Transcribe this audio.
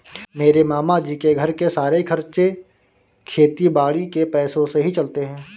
मेरे मामा जी के घर के सारे खर्चे खेती बाड़ी के पैसों से ही चलते हैं